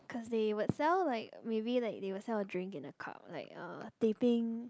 cause they would sell like maybe like they will sell a drink in a cup like uh teh peng